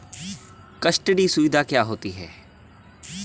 Custody सुविधा क्या होती है?